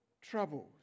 troubles